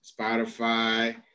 Spotify